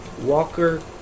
Walker